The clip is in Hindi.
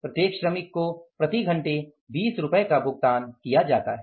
प्रत्येक श्रमिक को प्रति घंटे 20 रुपये का भुगतान किया जाता है